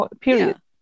period